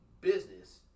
business